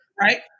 Right